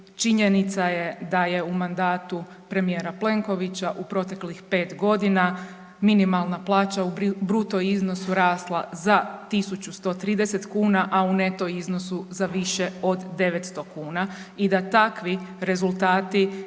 činjenica je da je u mandatu premijera Plenkovića u proteklih 5 godina minimalna plaća u bruto iznosu rasla za 1.130 kuna, a u neto iznosu za više od 900 kuna i da takvi rezultati